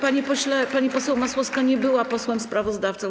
Panie pośle, pani poseł Masłowska nie była posłem sprawozdawcą.